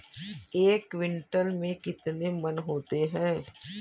एक क्विंटल में कितने मन होते हैं?